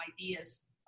ideas